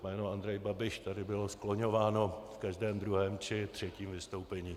Jméno Andrej Babiš tady bylo skloňováno v každém druhém či třetím vystoupení.